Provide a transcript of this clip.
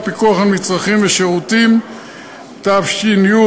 ובצו הפיקוח על מצרכים ושירותים (סימון מוצרים),